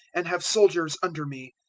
and have soldiers under me.